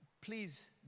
please